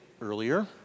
earlier